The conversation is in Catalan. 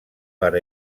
per